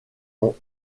ont